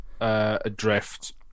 adrift